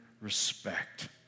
respect